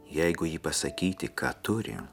jeigu ji pasakyti ką turi